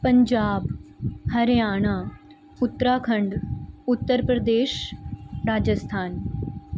Punjab Haryana Uttarakhand Uttar Pradesh Rajasthan